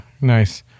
Nice